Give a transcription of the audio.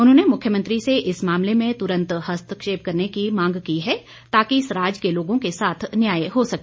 उन्होंने मुख्यमंत्री से इस मामले में तुरंत हस्तक्षेप करने की मांग की है ताकि सराज के लोगों के साथ न्याय हो सके